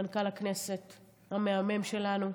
מנכ"ל הכנסת המהמם שלנו.